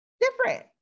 Different